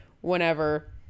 whenever